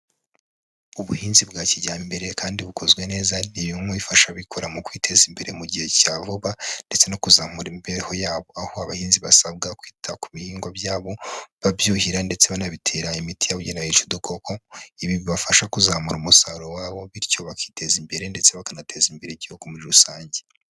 Ubuhinzi bwa kijyambere kandi bukozwe neza, ni bumwe mu bifasha abikora mu kwiteza imbere mu gihe cya vuba, ndetse no kuzamura imibereho yabo, aho abahinzi basabwa kwita ku bihingwa byabo babyuhira ndetse banabitera imiti yabugenewe yica udukoko, bibafasha kuzamura umusaruro wabo, bityo bakiteza imbere ndetse bakanateza imbere igihugu muri rusange.